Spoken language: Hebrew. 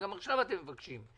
וגם עכשיו אתם מבקשים,